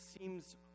seems